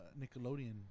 Nickelodeon